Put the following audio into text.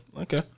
Okay